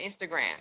Instagram